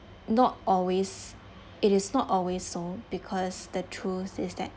not always it is not always so because the truth is that